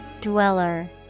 Dweller